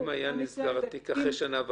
המקרה הזה --- אם היה נסגר התיק אחרי שנה וחצי,